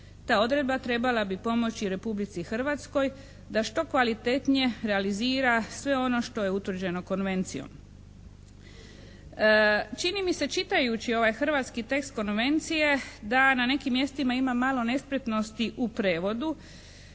Ta odredba trebala bi pomoći Republici Hrvatskoj da što kvalitetnije realizira sve ono što je utvrđeno Konvencijom. Čini mi se čitajući ovaj hrvatski tekst Konvencije da na nekim mjestima ima malo nespretnosti u prijevodu